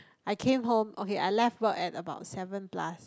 I came home okay I left about at about seven plus